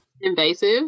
invasive